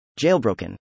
Jailbroken